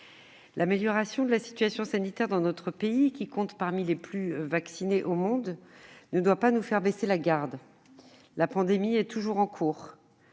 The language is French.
L'amélioration de la situation sanitaire dans notre pays, qui compte parmi les mieux vaccinés au monde, ne doit pas nous faire baisser la garde : la pandémie est toujours en cours.